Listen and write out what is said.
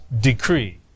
decree